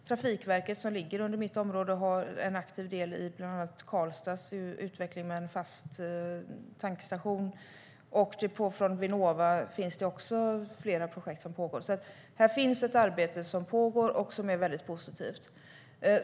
Trafikverket, som ligger under mitt område, har en aktiv del i bland annat Karlstads utveckling med en fast tankstation, och även från Vinnova finns projekt som pågår. Här finns alltså ett arbete som pågår och som är väldigt positivt.